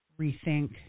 rethink